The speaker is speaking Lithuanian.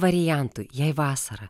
variantui jei vasara